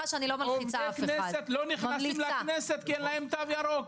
עובדי כנסת לא נכנסים לכנסת כי אין להם תו ירוק.